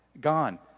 gone